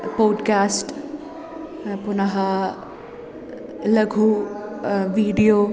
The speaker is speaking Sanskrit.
पोड्कास्ट् पुनः लघु विडियो